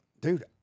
dude